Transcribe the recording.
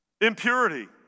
Impurity